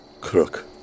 Crook